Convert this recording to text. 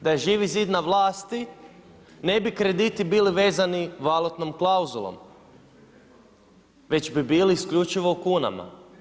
Da je Živi zid na vlasti ne bi krediti bili vezani valutnom klauzulom, već bi bili isključivo u kunama.